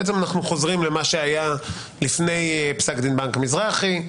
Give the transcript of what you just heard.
בעצם אנחנו חוזרים למה שהיה לפני פסק דין בנק המזרחי,